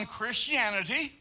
Christianity